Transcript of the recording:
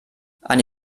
eine